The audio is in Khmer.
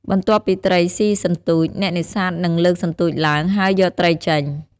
បន្ទាប់ពីត្រីសុីសន្ទូច អ្នកនេសាទនឹងលើកសន្ទួចឡើង ហើយយកត្រីចេញ។